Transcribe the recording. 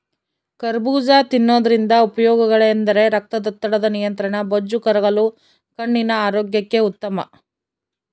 ಕರಬೂಜ ತಿನ್ನೋದ್ರಿಂದ ಉಪಯೋಗಗಳೆಂದರೆ ರಕ್ತದೊತ್ತಡದ ನಿಯಂತ್ರಣ, ಬೊಜ್ಜು ಕರಗಲು, ಕಣ್ಣಿನ ಆರೋಗ್ಯಕ್ಕೆ ಉತ್ತಮ